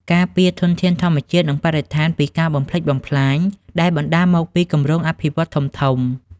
ការពារធនធានធម្មជាតិ និងបរិស្ថានពីការបំផ្លិចបំផ្លាញដែលបណ្តាលមកពីគម្រោងអភិវឌ្ឍន៍ធំៗ។